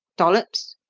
dollops,